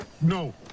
No